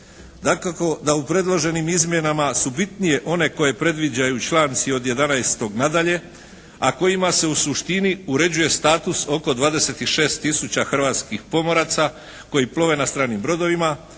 Dakako da u predloženim izmjenama su bitnije one koje predviđaju članci od 11. nadalje a kojima se u suštini uređuje status oko 26 tisuća hrvatskih pomoraca koji plove na stranim brodovima